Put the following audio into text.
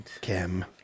Kim